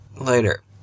later